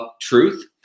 truth